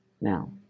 Now